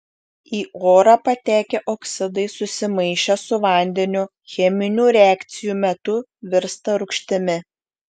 į orą patekę oksidai susimaišę su vandeniu cheminių reakcijų metu virsta rūgštimi